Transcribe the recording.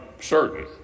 certain